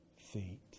feet